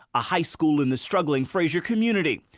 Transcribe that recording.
a high school in the struggling frayser community,